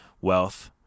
wealth